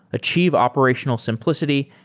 achieve operational simplicity,